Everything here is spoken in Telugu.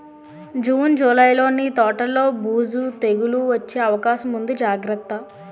జూన్, జూలైలో నీ తోటలో బూజు, తెగులూ వచ్చే అవకాశముంది జాగ్రత్త